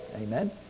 amen